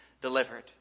delivered